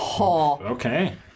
Okay